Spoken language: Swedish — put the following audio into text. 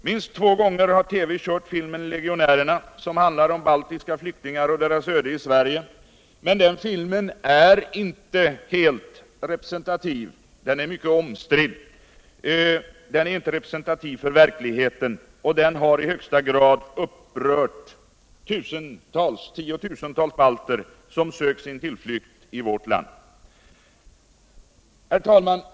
Minst två gånger har TV kört filmen Legionärerna, som handlar om baltiska flyktingar och deras öde i Sverige, men den filmen är allt annat än representativ för verkligheten — den är omstridd — och den har i högsta grad upprört tiotusentals balter som sökt sin tillflykt i vårt land. Herr talman!